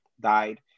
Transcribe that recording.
died